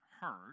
hurt